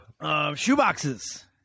Shoeboxes